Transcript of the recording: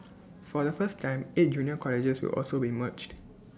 for the first time eight junior colleges will also be merged